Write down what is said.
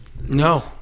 No